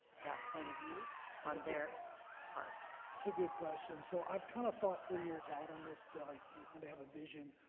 that point of view on their part. that's a good question so i've kind of thought three years out on this they like you want to have a vision.